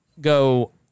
go